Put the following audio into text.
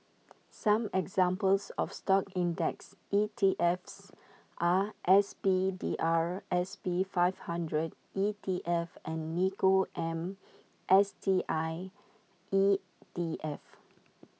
some examples of stock index E T Fs are S P D R S P five hundred E T F and Nikko Am S T I ET F